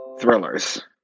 thrillers